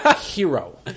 hero